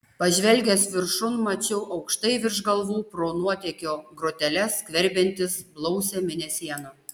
pažvelgęs viršun mačiau aukštai virš galvų pro nuotėkio groteles skverbiantis blausią mėnesieną